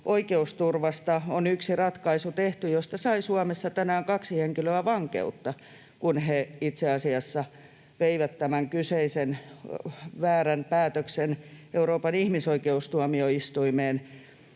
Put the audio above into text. oikeusturvasta on tehty yksi ratkaisu, josta sai Suomessa tänään kaksi henkilöä vankeutta, kun he itse asiassa veivät tämän kyseisen väärän päätöksen Euroopan ihmisoikeustuomioistuimeen